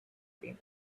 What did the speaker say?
scream